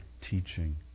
teaching